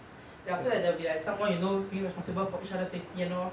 ya so that they'll be like someone you know be responsible for each other safety and all